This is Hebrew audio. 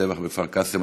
טבח כפר קאסם,